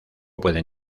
pueden